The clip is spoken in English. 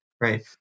right